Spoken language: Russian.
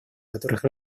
которых